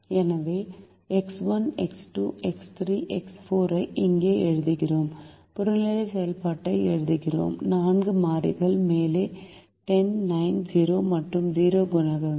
எனவே x 1 x 2 x 3 x 4 ஐ இங்கே எழுதுகிறோம் புறநிலை செயல்பாட்டை எழுதுகிறோம் நான்கு மாறிகள் மேலே 10 9 0 மற்றும் 0 குணகங்கள்